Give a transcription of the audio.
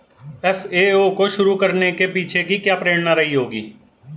FAO को शुरू करने के पीछे की क्या प्रेरणा रही होगी?